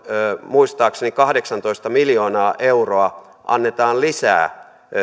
muistaakseni kahdeksantoista miljoonaa euroa annetaan lisää